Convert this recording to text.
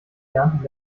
lernt